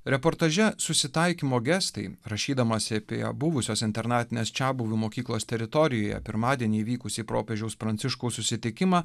reportaže susitaikymo gestai rašydamas apie jo buvusios internatinės čiabuvių mokyklos teritorijoje pirmadienį vykusį popiežiaus pranciškaus susitikimą